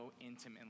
intimately